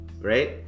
right